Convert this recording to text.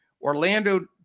Orlando